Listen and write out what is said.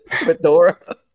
Fedora